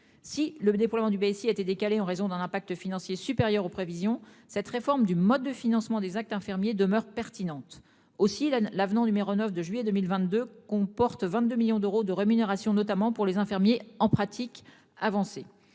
Si le mener pour le du BSI a été décalée en raison d'un impact financier supérieur aux prévisions cette réforme du mode de financement des actes infirmiers demeure pertinente aussi là l'avenant numéro 9 de juillet 2022 comporte 22 millions d'euros de rémunération notamment pour les infirmiers en pratique avancée